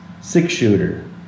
Six-shooter